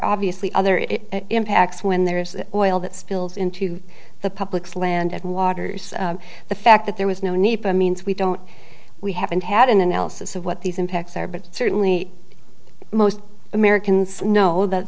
obviously other impacts when there's oil that spills into the public's land and water the fact that there was no need for means we don't we haven't had an analysis of what these impacts are but certainly most americans know that